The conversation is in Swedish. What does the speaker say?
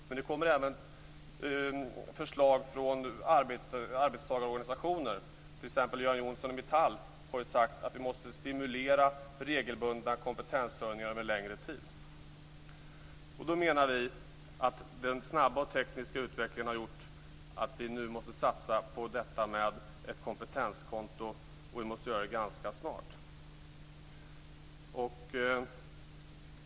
Men det kommer även förslag från arbetstagarorganisationer. Göran Johnsson i Metall har t.ex. sagt att vi måste stimulera regelbundna kompetenshöjningar över en längre tid. Då menar vi att den snabba och tekniska utvecklingen har gjort att vi nu måste satsa på detta med ett kompetenskonto, och vi måste göra det ganska snart.